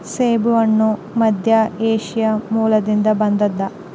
ಸೇಬುಹಣ್ಣು ಮಧ್ಯಏಷ್ಯಾ ಮೂಲದಿಂದ ಬಂದದ